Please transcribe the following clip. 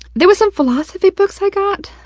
there were some philosophy books i got,